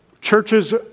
Churches